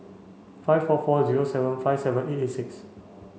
five four four zero seven five seven eight eight six